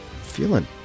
feeling